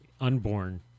unborn